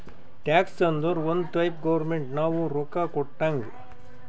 tax ಅಂದುರ್ ಒಂದ್ type government ನಾವು ರೊಕ್ಕಾ ಕೊಟ್ಟಂಗ್